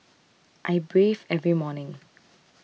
I bathe every morning